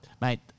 mate